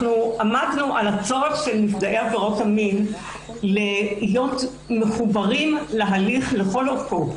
עמדנו על הצורך של נפגעי עבירות המין להיות מחוברים להליך לכל אורכו.